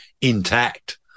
intact